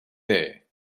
there